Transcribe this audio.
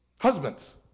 Husbands